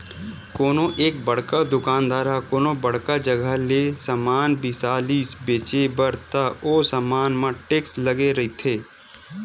कोनो एक बड़का दुकानदार ह कोनो बड़का जघा ले समान बिसा लिस बेंचे बर त ओ समान म टेक्स लगे रहिथे